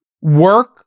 work